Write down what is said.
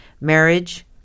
marriage